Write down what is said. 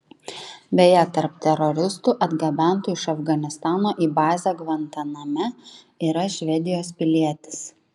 beje tarp teroristų atgabentų iš afganistano į bazę gvantaname yra švedijos pilietis